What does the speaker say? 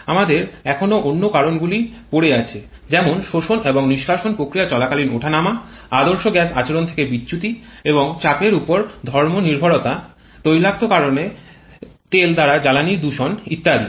আমাদের এখনও অন্যান্য কারণ গুলি পরে আছে যেমন শোষণ এবং নিষ্কাশন প্রক্রিয়া চলাকালীন ওঠানামা আদর্শ গ্যাস আচরণ থেকে বিচ্যুতি এবং চাপের উপর ধর্ম নির্ভরতা তৈলাক্তকরণে তেল দ্বারা জ্বালানী দূষণ ইত্যাদি